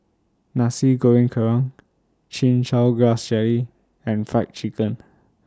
Nasi Goreng Kerang Chin Chow Grass Jelly and Fried Chicken